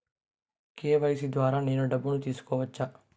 KYC ద్వారా నేను డబ్బును తీసుకోవచ్చా?